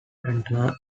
antenna